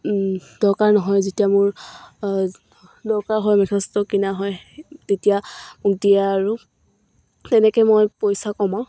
দৰকাৰ নহয় যেতিয়া মোৰ দৰকাৰ হয় মেথেষ্ট কিনা হয় তেতিয়া মোক দিয়ে আৰু তেনেকৈ মই পইচা কমাও